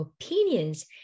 opinions